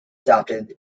adopted